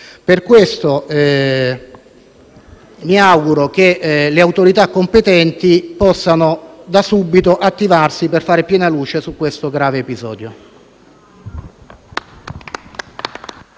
Per questo mi auguro che le autorità competenti possano da subito attivarsi per fare piena luce su questo grave episodio.